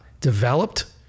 developed